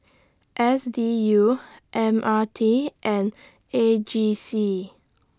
S D U M R T and A G C